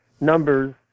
numbers